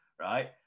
right